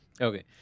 okay